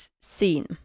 scene